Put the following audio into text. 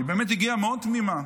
היא באמת הגיעה מאוד תמימה,